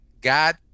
God